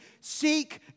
seek